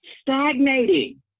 stagnating